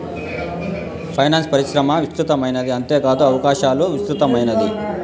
finance పరిశ్రమ విస్తృతమైనది అంతేకాదు అవకాశాలు విస్తృతమైనది